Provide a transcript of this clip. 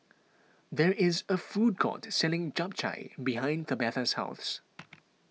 there is a food court selling Japchae behind Tabatha's house